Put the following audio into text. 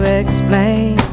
explain